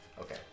Okay